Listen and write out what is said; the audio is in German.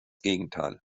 gegenteil